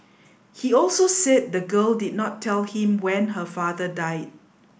he also said the girl did not tell him when her father died